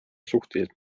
suhteliselt